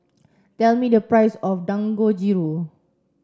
tell me the price of Dangojiru